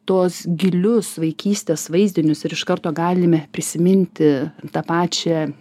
tuos gilius vaikystės vaizdinius ir iš karto galime prisiminti tą pačią